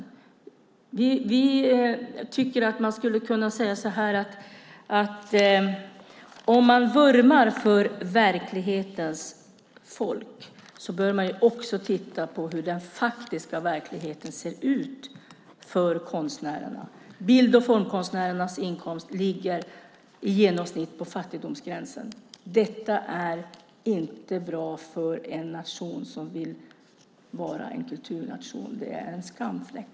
Vi tycker att man skulle kunna säga så här: Om man vurmar för verklighetens folk bör man också titta på hur den faktiska verkligheten ser ut för konstnärerna. Bild och formkonstnärernas genomsnittsinkomst ligger vid fattigdomsgränsen. Detta är inte bra för en nation som vill vara en kulturnation. Det är en skamfläck.